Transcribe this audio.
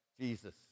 Jesus